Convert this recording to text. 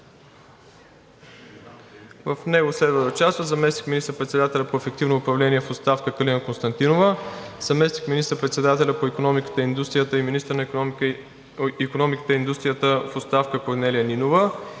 В него следва да участват: заместник министър-председателят по ефективно управление в оставка Калина Константинова, заместник министър-председателят по икономиката и индустрията и министър на икономиката и индустрията в оставка Корнелия Нинова